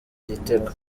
igitego